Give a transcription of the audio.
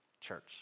church